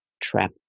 trap